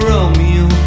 Romeo